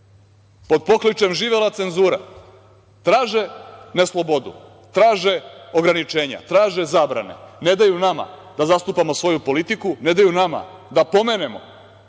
pod pokličem „živela cenzura“ traže ne slobodu, traže ograničenja, traže zabrane, ne daju nama da zastupamo svoju politiku, ne daju nama da pomenemo